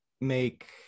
make